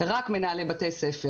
רק מנהלי בתי ספר.